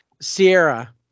Sierra